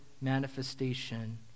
manifestation